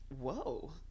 whoa